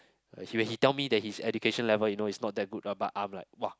uh he he'll tell me that his education level you know is not that good lah but I'm like !wah!